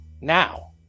Now